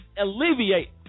alleviate